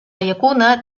llacuna